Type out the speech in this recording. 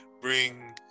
bring